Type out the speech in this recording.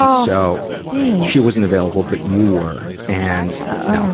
oh, thanks! she wasn't available, but you were. and oh,